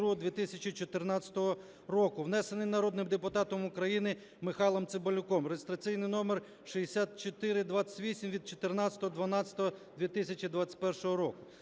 внесений народним депутатом України Михайлом Цимбалюком (реєстраційний номер 6428) (від 14.12.2021 року).